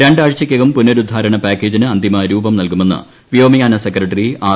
രണ്ടാഴ്ചയ്ക്കകം പുനരുദ്ധാരണ പാക്കേജിന് അന്തിമരൂപം നൽകുമെന്ന് വ്യോമയാന സെക്രട്ടറി ആർ